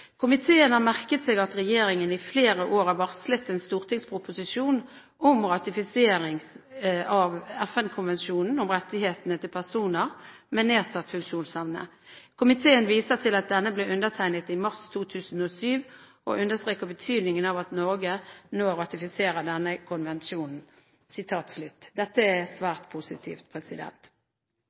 har merket seg at regjeringen i flere år har varslet en stortingsproposisjon om ratifisering av FN-konvensjonen om rettighetene til personer med nedsatt funksjonsevne. Komiteen viser til at denne ble undertegnet i mars 2007, og understreker betydningen av at Norge nå ratifiserer denne konvensjonen.» Dette er svært positivt.